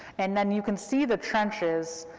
and then you can see the trenches